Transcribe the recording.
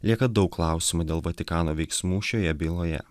lieka daug klausimų dėl vatikano veiksmų šioje byloje